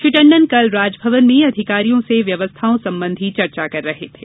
श्री टंडन कल राजभवन में अधिकारियों से व्यवस्थाओं संबंधी चर्चा कर रहे थे